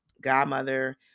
godmother